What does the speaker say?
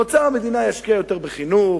ואוצר המדינה ישקיע יותר בחינוך,